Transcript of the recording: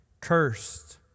Cursed